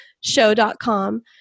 show.com